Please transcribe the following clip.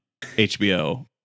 hbo